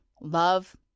love